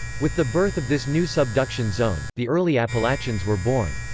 with the birth of this new subduction zone, the early appalachians were born.